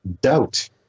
doubt